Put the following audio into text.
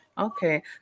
Okay